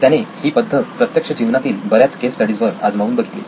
त्याने ही पद्धत प्रत्यक्ष जीवनातील बऱ्याच केस स्टडीज वर आजमावून बघितली